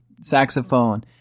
saxophone